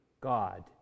God